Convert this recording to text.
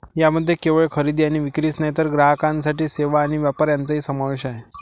यामध्ये केवळ खरेदी आणि विक्रीच नाही तर ग्राहकांसाठी सेवा आणि व्यापार यांचाही समावेश आहे